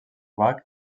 bach